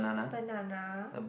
banana